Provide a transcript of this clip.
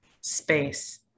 space